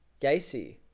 Gacy